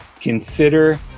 consider